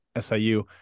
SIU –